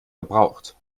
verbraucht